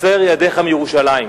הסר ידיך מירושלים,